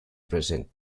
present